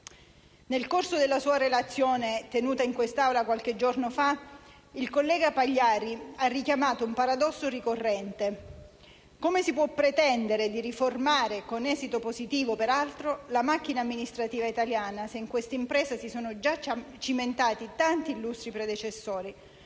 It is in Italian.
Nel corso della sua relazione, tenuta in quest'Aula qualche giorno fa, il collega Pagliari ha richiamato un paradosso ricorrente: come si può pretendere di riformare, con esito positivo peraltro, la macchina amministrativa italiana, se in questa impresa si sono già cimentati tanti illustri predecessori?